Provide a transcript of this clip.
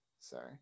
sorry